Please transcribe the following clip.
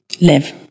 live